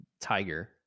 tiger